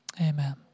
amen